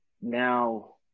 now